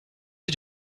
you